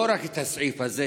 לא רק את הסעיף הזה,